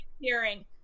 hearing